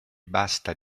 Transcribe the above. basta